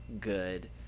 good